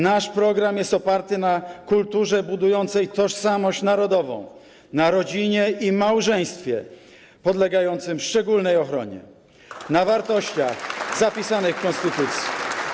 Nasz program jest oparty na kulturze budującej tożsamość narodową, na rodzinie i małżeństwie podlegających szczególnej ochronie, na wartościach zapisanych w konstytucji.